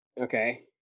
Okay